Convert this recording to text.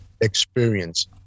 experience